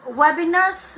webinars